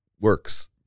works